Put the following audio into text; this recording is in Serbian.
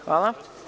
Hvala.